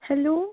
hello